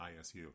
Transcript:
ISU